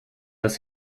dass